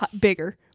bigger